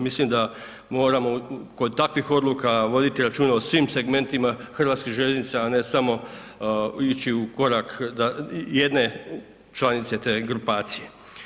Mislimo da moramo kod takvih odluka voditi računa o svim segmentima Hrvatskih željeznica, a ne samo ići u korak jedne članice te grupacije.